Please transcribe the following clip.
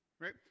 Right